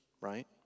right